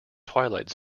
twilight